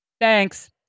thanks